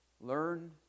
Learn